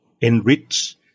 enrich